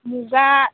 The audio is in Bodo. मुगा